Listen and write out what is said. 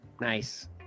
Nice